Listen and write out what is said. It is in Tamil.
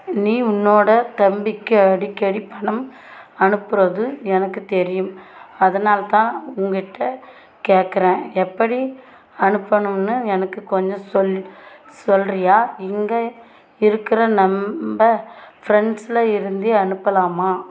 நீ உன்னோட தம்பிக்கு அடிக்கடி பணம் அனுப்புகிறது எனக்கு தெரியும் அதனால்தான் உங்கிட்டே கேக்கிறேன் எப்படி அனுப்பணும்னு எனக்கு கொஞ்சம் சொல் சொல்கிறியா இங்கே இருக்கிற நம்ம ஃப்ரெண்ட்ஸில் இருந்தே அனுப்பலாமா